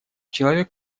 человек